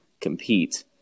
compete